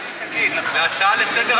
זה נושא תקדימי.